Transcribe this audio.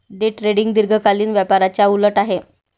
day trading दीर्घकालीन व्यापाराच्या उलट आहे